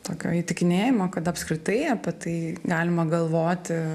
tokio įtikinėjimo kad apskritai apie tai galima galvoti